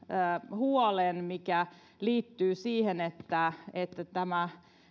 huolen mikä liittyy siihen että että tämä